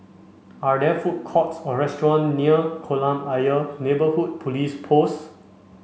are there food courts or restaurant near Kolam Ayer Neighbourhood Police Post